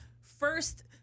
first